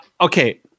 okay